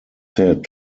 said